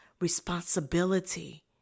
responsibility